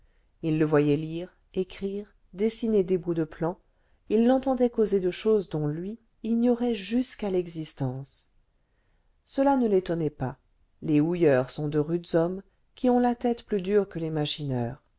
il le voyait lire écrire dessiner des bouts de plan il l'entendait causer de choses dont lui ignorait jusqu'à l'existence cela ne l'étonnait pas les houilleurs sont de rudes hommes qui ont la tête plus dure que les machineurs